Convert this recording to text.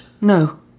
No